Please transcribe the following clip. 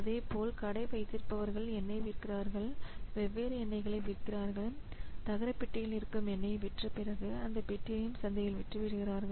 அதேபோல் கடை வைத்திருப்பவர்கள் எண்ணெய் விற்கிறார்கள் வெவ்வேறு எண்ணெய்களை விற்கிறார்கள் தகரப் பெட்டியில் இருக்கும் எண்ணையை விற்றபிறகு அந்த பெட்டியையும் சந்தையில் விற்று விடுகிறார்கள்